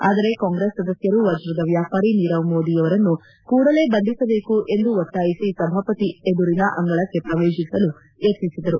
ಆದರೆ ಕಾಂಗ್ರೆಸ್ ಸದಸ್ಕರು ವಜ್ರದ ವ್ಯಾಪಾರಿ ನೀರವ್ ಮೋದಿಯನ್ನು ಕೂಡಲೇ ಬಂಧಿಸಬೇಕು ಎಂದು ಒತ್ತಾಯಿಸಿ ಸಭಾಪತಿ ಎದುರಿನ ಅಂಗಳಕ್ಕೆ ಪ್ರವೇಶಿಸಲು ಯತ್ನಿಸಿದರು